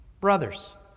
brothers